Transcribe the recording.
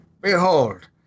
Behold